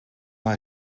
hij